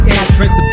entrance